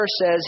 says